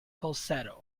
falsetto